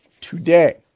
today